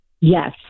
Yes